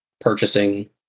purchasing